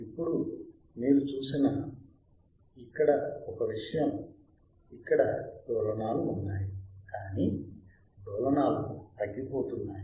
ఇప్పుడు మీరు చూసిన ఇక్కడ ఒక విషయం ఇక్కడ డోలనాలు ఉన్నాయి కానీ డోలనాలు తగ్గిపోతున్నాయి